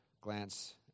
glance